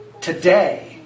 Today